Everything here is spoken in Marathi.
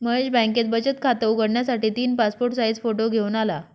महेश बँकेत बचत खात उघडण्यासाठी तीन पासपोर्ट साइज फोटो घेऊन आला